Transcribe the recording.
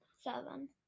Seven